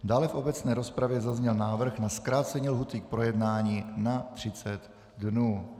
Dále v obecné rozpravě zazněl návrh na zkrácení lhůty k projednání na 30 dnů.